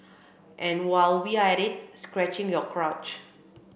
and while we're at it scratching your crotch